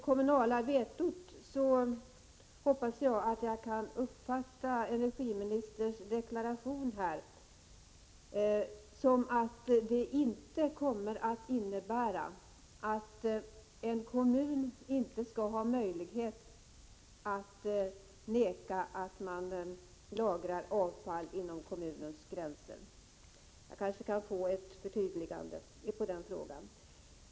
Jag hoppas att jag kan uppfatta energiministerns deklaration när det gäller det kommunala vetot så, att det inte kommer att innebära att en kommun inte skall ha möjlighet att säga nej till lagring av avfall inom kommunens gränser. Jag kanske kan få ett förtydligande på den punkten.